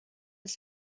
ist